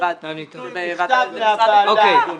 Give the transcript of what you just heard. ביטול בכתב מהוועדה, אדוני.